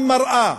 מראה,